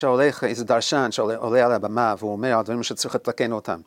שעולה איזה דרשן שעולה על הבמה והוא אומר דברים שצריך לתקן אותם.